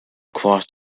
crossed